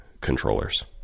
controllers